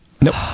Nope